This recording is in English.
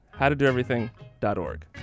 howtodoeverything.org